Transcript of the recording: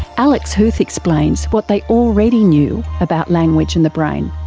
alex huth explains what they already knew about language and the brain.